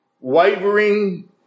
wavering